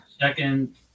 second